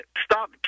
Stop